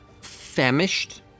famished